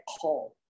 call